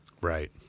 Right